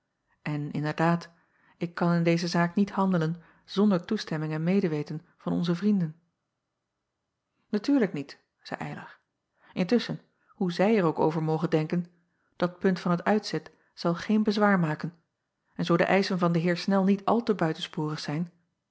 n inderdaad ik kan in deze zaak niet handelen zonder toestemming en medeweten van onze vrienden acob van ennep laasje evenster delen atuurlijk niet zeî ylar intusschen hoe zij er ook over moge denken dat punt van het uitzet zal geen bezwaar maken en zoo de eischen van den eer nel niet al te buitensporig zijn